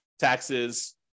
taxes